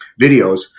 videos